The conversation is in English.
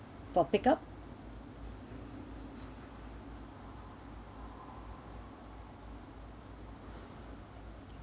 for pick up